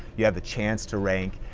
you have the chance to rank,